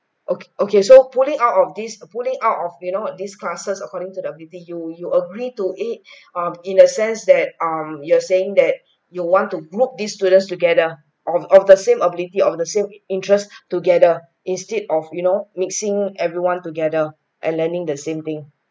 okay okay so pulling out of these pulling out of you know these classes according to the V_P you you agree to it um in a sense that um you're saying that you'll want to group these students together of of the same ability of the same interests together instead of you know mixing everyone together and learning the same thing